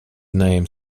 name